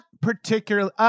particularly